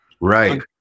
Right